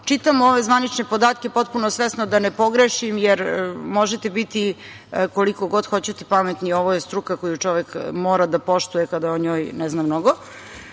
Čitam ove zvanične podatke potpuno svesno, da ne pogrešim, jer, možete biti koliko god hoćete pametni, ovo je struka koju čovek mora da poštuje kada o njoj ne zna mnogo,